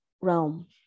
realm